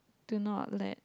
do not let